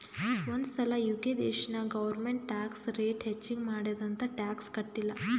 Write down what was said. ಒಂದ್ ಸಲಾ ಯು.ಕೆ ದೇಶನಾಗ್ ಗೌರ್ಮೆಂಟ್ ಟ್ಯಾಕ್ಸ್ ರೇಟ್ ಹೆಚ್ಚಿಗ್ ಮಾಡ್ಯಾದ್ ಅಂತ್ ಟ್ಯಾಕ್ಸ ಕಟ್ಟಿಲ್ಲ